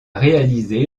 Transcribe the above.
réalisé